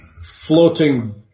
floating